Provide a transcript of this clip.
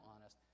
honest